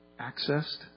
accessed